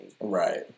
Right